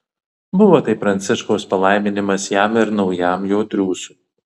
buvo tai pranciškaus palaiminimas jam ir naujam jo triūsui